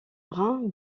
brun